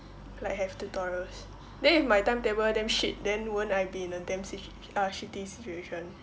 like have tutorials then if my timetable damn shit then won't I be in a damn sit~ uh shitty situation